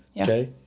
Okay